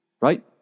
right